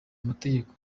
amategeko